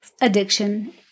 addiction